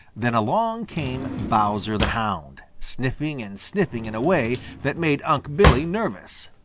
than along came bowser the hound, sniffing and sniffing in a way that made unc' billy nervous.